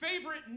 favorite